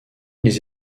les